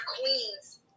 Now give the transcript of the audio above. queens